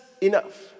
enough